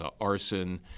arson